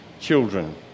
children